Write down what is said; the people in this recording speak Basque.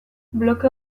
bloke